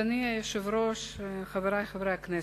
אדוני היושב-ראש, חברי חברי הכנסת,